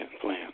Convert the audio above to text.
plan